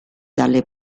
dalle